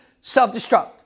self-destruct